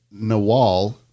Nawal